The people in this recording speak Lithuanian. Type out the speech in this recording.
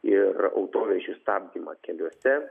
ir autovežių stabdymą keliuose